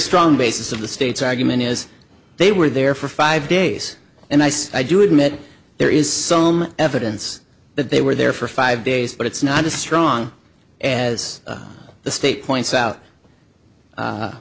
strong basis of the state's argument is they were there for five days and i said i do admit there is some evidence that they were there for five days but it's not as strong as the state points out